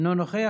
אינו נוכח.